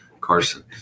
Carson